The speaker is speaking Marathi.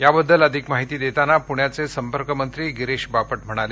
याबद्दल अधिक माहिती देताना पुण्याचे संपर्क मंत्री गिरीश बाप म्हणाले